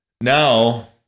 Now